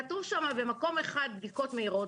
כתוב שם במקום אחד בדיקות מהירות,